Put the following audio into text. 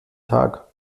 tag